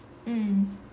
mm